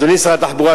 אדוני שר התחבורה,